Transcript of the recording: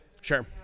Sure